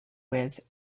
with